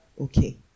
Okay